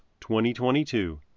2022